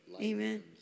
Amen